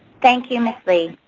thank you ms.